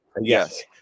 Yes